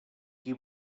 qui